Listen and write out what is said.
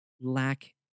lack